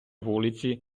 вулиці